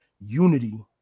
unity